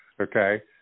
okay